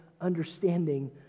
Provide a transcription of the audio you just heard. understanding